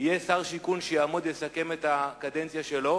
וחצי כששר השיכון יעמוד ויסכם את הקדנציה שלו